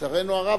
לצערנו הרב,